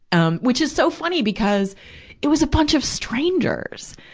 um, which is so funny, because it was a bunch of strangers.